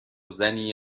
زنی